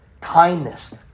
Kindness